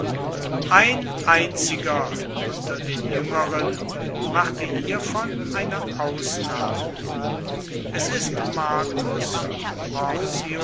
ein einziger unter den jüngeren machte hiervon eine ausnahme es ist marcus